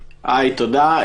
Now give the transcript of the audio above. היי, תודה.